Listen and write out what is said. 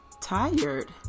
Tired